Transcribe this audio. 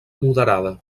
moderada